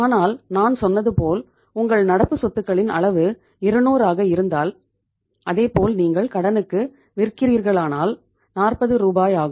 ஆனால் நான் சொன்னது போல் உங்கள் நடப்பு சொத்துகளின் அளவு 200 ஆக இருந்தால் இதேபோல் நீங்கள் கடனுக்கு விற்கிறீர்களானால் 40 ரூ ஆகும்